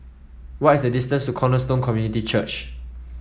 what is the distance to Cornerstone Community Church